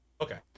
Okay